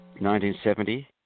1970